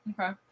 okay